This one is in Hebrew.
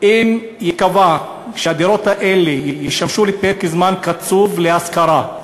אם ייקבע שהדירות האלה ישמשו לפרק זמן קצוב להשכרה,